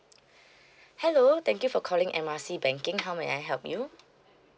hello thank you for calling M R C banking how may I help you